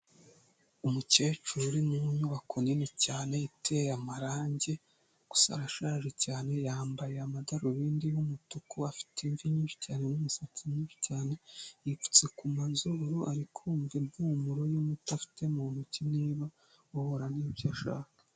Umukecuru uri mu nyubako nini cyane iteye amarangi, gusa arashaje cyane, yambaye amadarubindi y'umutuku, afite imvi nyinshi cyane n'umusatsi mwinshi cyane, yipfutse ku mazuru, ari kumva impumuro y'umuti afite mu ntoki niba uhura n'ibyo ashaka.